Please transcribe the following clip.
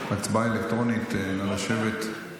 הצבעה אלקטרונית, נא לשבת.